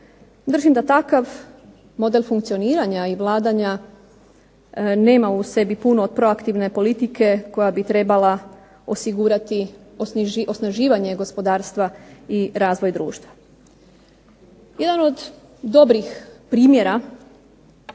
Držim da takav model funkcioniranja i vladanja nema u sebi puno proaktivne politike koja bi trebala osigurati osnaživanje gospodarstva i razvoj društva. Jedan od dobrih primjera